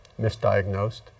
Misdiagnosed